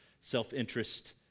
self-interest